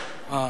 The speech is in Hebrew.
תפאדל.